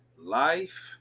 life